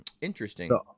Interesting